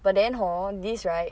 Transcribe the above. but then hor this right